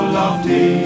lofty